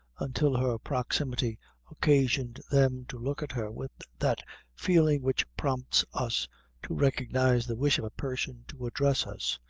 until her proximity occasioned them to look at her with that feeling which prompts us to recognize the wish of a person to address us,